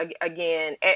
again